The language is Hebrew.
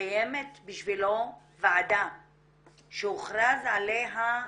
שקיימת בשבילו ועדה שהוכרז עליה,